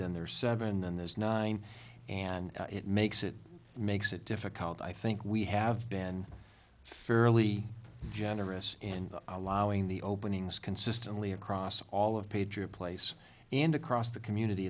then there's seven and there's nine and it makes it makes it difficult i think we have been fairly generous and allowing the openings consistently across all of patriot place and across the community